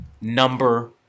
number